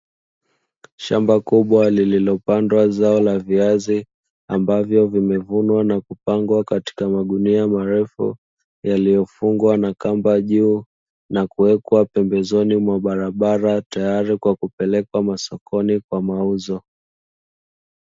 Shamba kubwa lililopandwa zao la viazi ambavyo vimevunwa na kupangwa katika magunia marefu, yaliyofungwa na kamba juu na kuwekwa pembezoni mwa barabara, tayari kwa kupelekwa masokoni kwa mauzo.